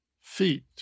Feet